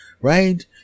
Right